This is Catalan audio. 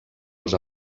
els